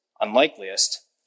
unlikeliest